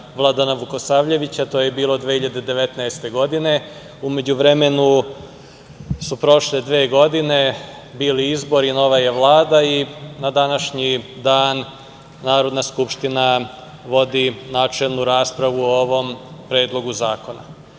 Vladana Vukosavljevića. To je bilo 2019. godine. U međuvremenu su prošle dve godine, bili izbori, nova je Vlada i na današnji dan Narodna skupština vodi načelnu raspravu o ovom Predlogu zakona. Rečeno